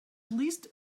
least